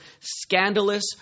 scandalous